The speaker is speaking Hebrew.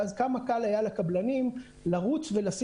ואז כמה קל היה לקבלנים לרוץ ולשים